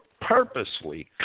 purposely